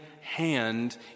hand